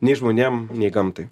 nei žmonėm nei gamtai